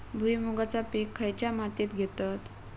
भुईमुगाचा पीक खयच्या मातीत घेतत?